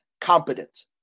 competent